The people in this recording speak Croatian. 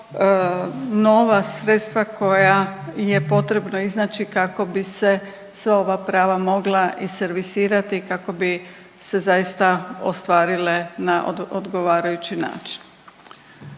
nova sredstva koja je potrebno iznaći kako bi se sva ova prava mogla i servisirati i kako bi se zaista ostvarile na odgovarajući način.